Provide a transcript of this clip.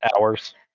Hours